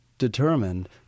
determined